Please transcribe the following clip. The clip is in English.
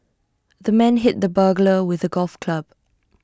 the man hit the burglar with A golf club